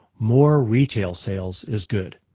more retail sales is good.